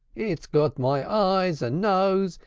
it's got my eyes and nose.